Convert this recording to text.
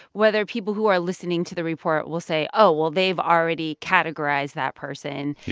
whether people who are listening to the report will say, oh, well, they've already categorized that person.